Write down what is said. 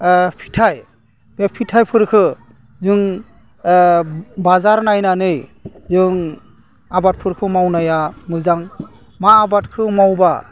फिथाइ बे फिथाइफोरखौ जों बाजार नायनानै जों आबादफोरखौ मावनाया मोजां मा आबादखौ मावबा